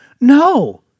no